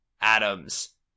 adams